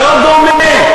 לא דומה,